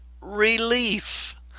relief